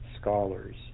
scholars